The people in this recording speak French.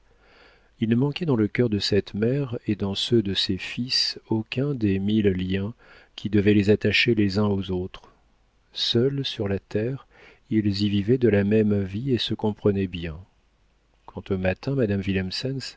il ne manquait dans le cœur de cette mère et dans ceux de ses fils aucun des mille liens qui devaient les attacher les uns aux autres seuls sur la terre ils y vivaient de la même vie et se comprenaient bien quand au matin madame